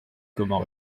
comment